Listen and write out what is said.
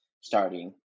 starting